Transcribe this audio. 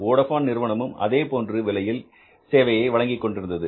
Vodafone நிறுவனமும் அதேபோன்ற விலைகளில் சேவையை வழங்கிக்கொண்டிருந்தது